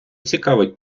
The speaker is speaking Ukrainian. цікавить